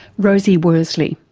rosie worsley.